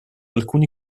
alcuni